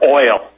oil